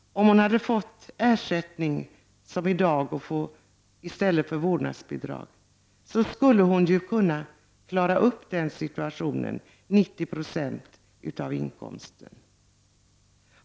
Om hon hade fått den ersättning från föräldraförsäkringen som gäller i dag, 90 90 av inkomsten, i stället för vårdnadsbidrag, skulle hon ha kunnat klara upp den situationen.